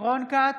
רון כץ,